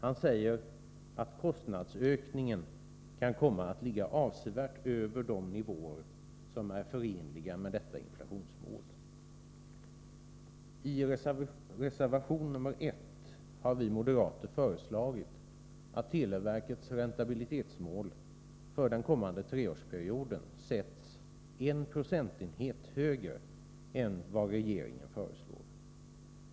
Han säger att kostnadsökningen kan komma att ligga avsevärt över de nivåer som är förenliga med detta inflationsmål. I reservation 1 har vi moderater föreslagit att televerkets räntabilitetsmål för den kommande treårsperioden sätts en procentenhet högre än vad regeringen föreslår.